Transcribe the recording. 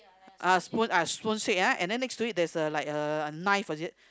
uh spoon uh spoon shape ah and then next to it there's a like a knife is it